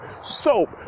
soap